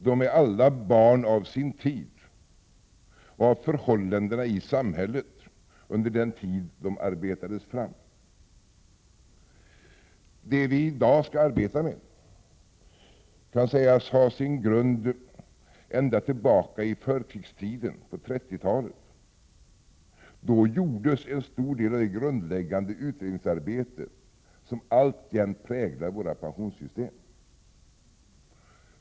De är alla barn av sin tid och av de förhållanden som rådde i samhället under den tid de arbetades fram. Det område vi skall arbeta med i dag kan sägas ha sin grund ända tillbaka i förkrigstiden på 1930-talet. Då gjordes en stor del av det grundläggande utredningsarbete som alltjämt präglar våra pensionssystem.